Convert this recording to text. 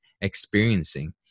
experiencing